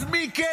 אז מי כן,